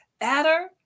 adder